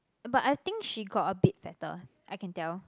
but I think she got a bit fatter I can tell